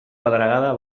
pedregada